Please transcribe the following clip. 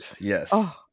Yes